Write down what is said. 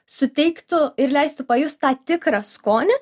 suteiktų ir leistų pajust tą tikrą skonį